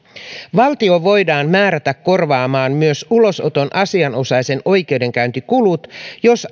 valtio voidaan määrätä korvaamaan myös ulosoton asianosaisen oikeudenkäyntikulut jos